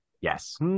yes